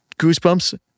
Goosebumps